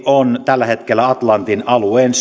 on tällä hetkellä atlantin alueen